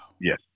Yes